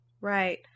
right